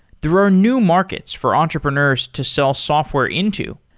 there are new markets for entrepreneurs to sell software into.